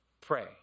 pray